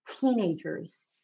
teenagers